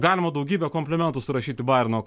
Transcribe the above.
galima daugybę komplimentų surašyti bajerno